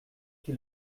qui